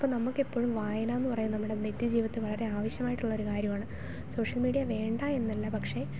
അപ്പം നമുക്ക് എപ്പോഴും വായന എന്ന് പറയുന്നത് നമ്മുടെ നിത്യജീവിതത്തിൽ വളരെ ആവശ്യമായിട്ട് ഉള്ളൊരു കാര്യമാണ് സോഷ്യൽ മീഡിയ വേണ്ട എന്നല്ല പക്ഷേ